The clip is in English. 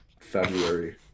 February